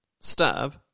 stab